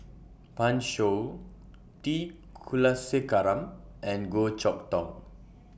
Pan Shou T Kulasekaram and Goh Chok Tong